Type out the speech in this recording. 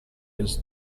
his